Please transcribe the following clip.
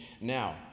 now